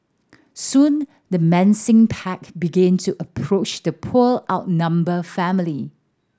soon the menacing pack began to approach the poor outnumbered family